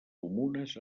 comunes